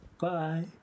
Bye